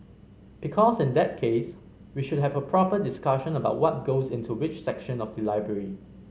because in that case we should have a proper discussion about what goes into which section of the library